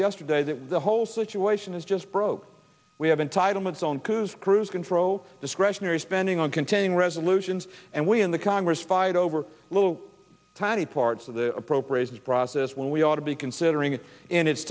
yesterday that the whole situation is just broke we have entitlements on cruise cruise control discretionary spending on continuing resolutions and we in the congress fight over little tiny parts of the appropriations process when we ought to be considering it in it